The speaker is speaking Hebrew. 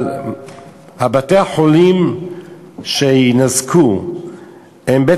אבל בתי-החולים שיינזקו הם,